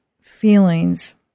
feelings